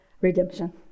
redemption